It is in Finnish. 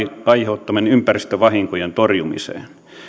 aiheuttamien ympäristövahinkojen torjumiseen